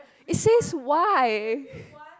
it says why